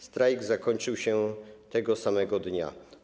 Strajk zakończył się tego samego dnia.